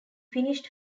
finished